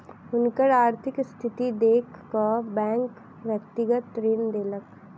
हुनकर आर्थिक स्थिति देख कअ बैंक व्यक्तिगत ऋण देलक